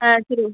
ஆ சரி